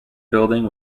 building